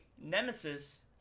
nemesis